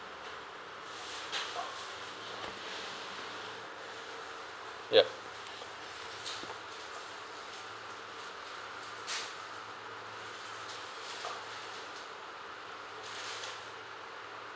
yep